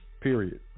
period